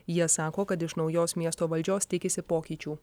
jie sako kad iš naujos miesto valdžios tikisi pokyčių